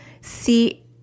see